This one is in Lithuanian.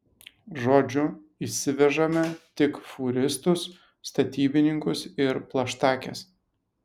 žodžiu įsivežame tik fūristus statybininkus ir plaštakes